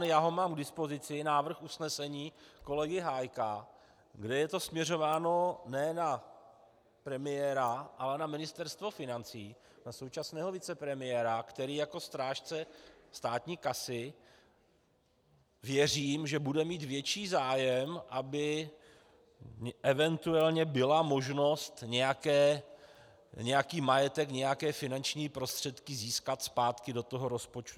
já ho mám k dispozici, návrh usnesení kolegy Hájka, kde je to směřováno ne na premiéra, ale na Ministerstvo financí, na současného vicepremiéra, který jako strážce státní kasy, věřím, že bude mít větší zájem, aby eventuálně byla možnost nějaký majetek, nějaké finanční prostředky získat zpátky do toho rozpočtu.